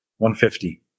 150